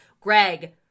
Greg